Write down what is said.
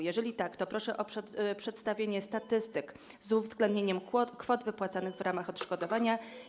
Jeżeli tak, to proszę o przedstawienie statystyk, z uwzględnieniem kwot wypłacanych w ramach odszkodowania.